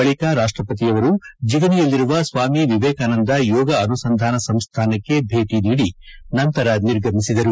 ಬಳಿಕ ರಾಷ್ಟಪತಿಯವರು ಜಿಗಣಿಯಲ್ಲಿರುವ ಸ್ವಾಮಿ ವಿವೇಕಾನಂದ ಯೋಗ ಅನುಸಂಧಾನ ಸಂಸ್ಥಾನಕ್ಕೆ ಭೇಟಿ ನೀಡಿ ನಂತರ ನಿರ್ಗಮಿಸಿದರು